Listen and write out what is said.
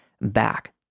back